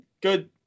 good